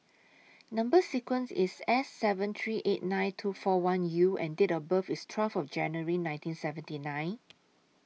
Number sequence IS S seven three eight nine two four one U and Date of birth IS twelfth of January nineteen seventy nine